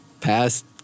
past